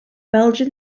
belgian